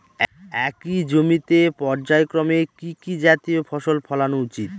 একই জমিতে পর্যায়ক্রমে কি কি জাতীয় ফসল ফলানো উচিৎ?